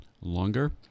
longer